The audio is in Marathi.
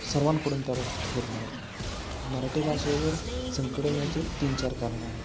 सर्वांकडून त्या बाबतीत होत नाहीत मराठी भाषेवर संकट येण्याची एक तीनचार कारणं आहेत